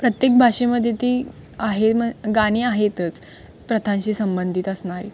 प्रत्येक भाषेमध्ये ती आहे मग गाणी आहेतच प्रथांशी संबंधित असणारी